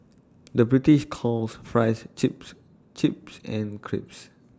the British calls Fries Chips chips and crisps